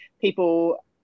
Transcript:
people